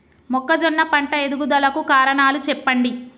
మొక్కజొన్న పంట ఎదుగుదల కు కారణాలు చెప్పండి?